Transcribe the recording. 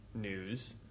news